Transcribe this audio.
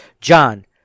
John